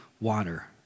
water